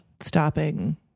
stopping